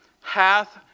hath